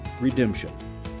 redemption